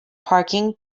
parking